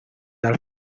dal